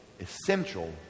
essential